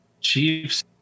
Chiefs